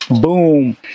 boom